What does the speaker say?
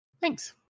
Thanks